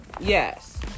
Yes